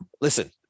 listen